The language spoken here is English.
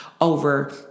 over